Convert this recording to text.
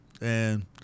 and-